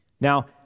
Now